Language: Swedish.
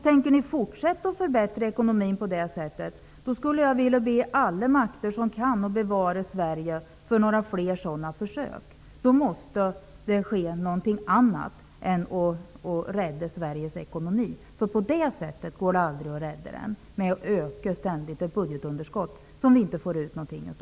Tänker ni fortsätta att förbättra ekonomin på det sättet skulle jag vilja be alla makter som kan att bevara Sverige för några fler sådana försök. Då måste något annat ske än att Sveriges ekonomi räddas på det sättet. Sveriges ekonomi kan nämligen aldrig räddas genom att budgetunderskottet ständigt ökas utan att vi får ut något av det.